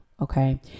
Okay